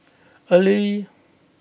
early